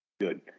good